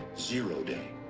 zero day.